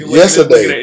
yesterday